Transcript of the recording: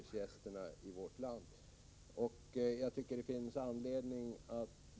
Min oro kvarstår.